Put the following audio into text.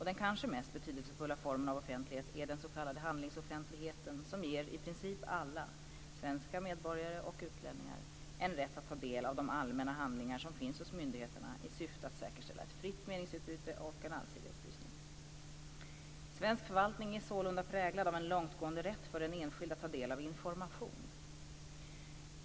Den kanske mest betydelsefulla formen av offentlighet är den s.k. handlingsoffentligheten som ger i princip alla, svenska medborgare och utlänningar, en rätt att ta del av de allmänna handlingar som finns hos myndigheterna i syfte att säkerställa ett fritt meningsutbyte och en allsidig upplysning. Svensk förvaltning är sålunda präglad av en långtgående rätt för den enskilde att ta del av information.